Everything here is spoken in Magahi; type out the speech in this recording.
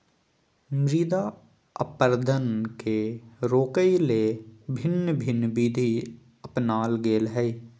मृदा अपरदन के रोकय ले भिन्न भिन्न विधि अपनाल गेल हइ